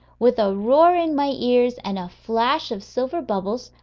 with a roar in my ears, and a flash of silver bubbles,